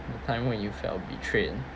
the time when you felt betrayed